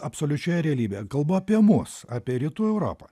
absoliučioje realybėje kalbu apie mus apie rytų europą